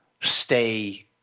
stay